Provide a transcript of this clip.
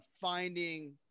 finding